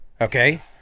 okay